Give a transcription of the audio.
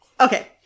Okay